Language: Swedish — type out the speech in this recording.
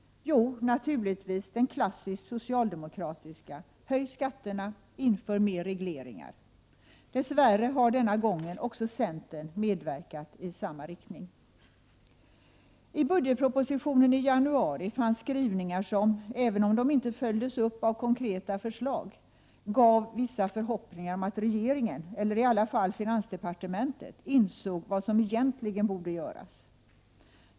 Jo, naturligtvis den klassiskt socialdemokratiska — höj skatterna, inför mer regleringar! Dess värre har också centern denna gång medverkat till åtgärder i samma riktning. Det fanns i budgetpropositionen i januari skrivningar som, även om de inte följdes upp av konkreta förslag, gav vissa förhoppningar om att regeringen, eller i alla fall finansdepartementet, insåg vad som egentligen borde göras.